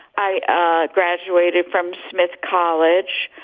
i graduated from smith college.